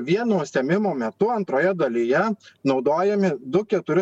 vieno užsiėmimo metu antroje dalyje naudojami du keturi